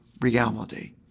reality